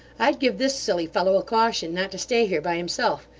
i'd give this silly fellow a caution not to stay here by himself.